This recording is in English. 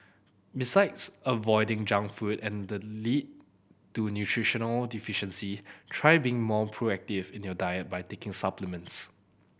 besides avoiding junk food and the lead to nutritional deficiencies try being more proactive in your diet by taking supplements